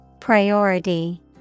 Priority